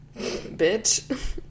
bitch